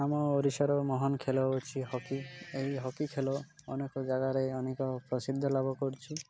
ଆମ ଓଡ଼ିଶାର ମହାନ ଖେଳ ହେଉଛି ହକି ଏହି ହକି ଖେଳ ଅନେକ ଜାଗାରେ ଅନେକ ପ୍ରସିଦ୍ଧ ଲାଭ କରୁଛି